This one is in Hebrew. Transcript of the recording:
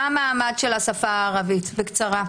מה המעמד של השפה הערבית בקצרה.